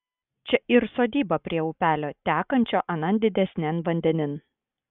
čia ir sodyba prie upelio tekančio anan didesnian vandenin